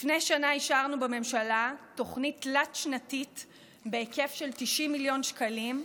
לפני שנה אישרנו בממשלה תוכנית תלת-שנתית בהיקף של 90 מיליון שקלים,